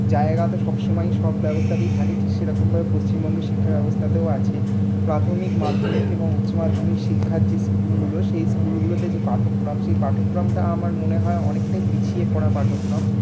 জায়গাতে সবসময় সব ব্যবস্থাতেই থাকে ঠিক সেরকমভাবে পশ্চিমবঙ্গের শিক্ষা ব্যবস্থাতেও আছে প্রাথমিক মাধ্যমিক এবং উচ্চ মাধ্যমিক শিক্ষার যে স্কুলগুলি সেই স্কুলগুলোতে যে পাঠক্রম সেই পাঠক্রমটা আমার মনে হয় অনেকটাই পিছিয়ে পড়া পাঠক্রম